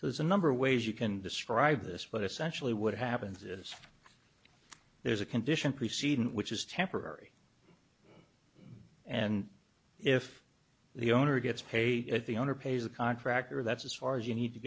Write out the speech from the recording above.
there's a number of ways you can describe this but essentially what happens is there's a condition preceding which is temporary and if the owner gets paid if the owner pays the contractor that's as far as you need to